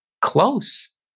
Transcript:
close